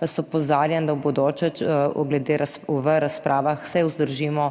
vas opozarjam, da v bodoče glede v razpravah se vzdržimo.